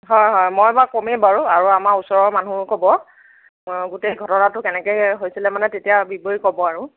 হয় হয় মই বাৰু ক'মেই বাৰু আৰু আমাৰ ওচৰৰ মানুহো ক'ব অঁ গোটেই ঘটনাটো মানে কেনেকৈ হৈছিলে তেতিয়া বিৱৰি ক'ব আৰু